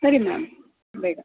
ಸರಿ ಮ್ಯಾಮ್ ಬೇಗ